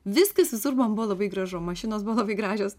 viskas visur man buvo labai gražu mašinos buvo labai gražios